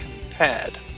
Compared